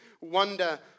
wonder